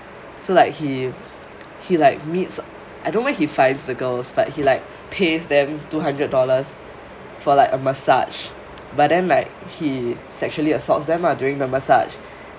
so like he he like meets I don't mind where he finds the girls but he like pays them two hundred dollar for like a massage but then like he sexually assaults them ah during the massage